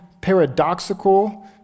paradoxical